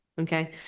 Okay